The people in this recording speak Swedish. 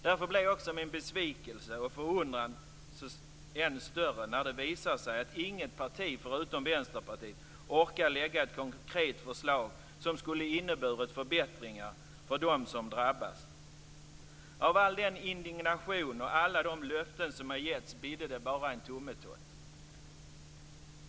Därför blev min besvikelse och förundran ännu större när det visade sig att inget parti förutom Vänsterpartiet orkat lägga ett konkret förslag som skulle ha inneburit förbättringar för dem som drabbas. Av all den indignation och alla löften som getts bidde det bara en tummetott.